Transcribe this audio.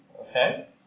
Okay